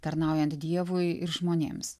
tarnaujant dievui ir žmonėms